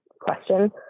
question